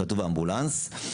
כתוב אמבולנס.